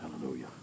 Hallelujah